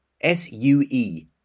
S-U-E